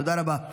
תודה רבה.